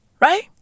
Right